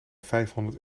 vijfhonderd